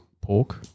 Pork